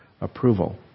approval